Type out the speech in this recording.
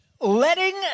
letting